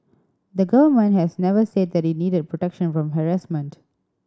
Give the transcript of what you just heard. the Government has never said that it needed protection from harassment